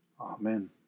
Amen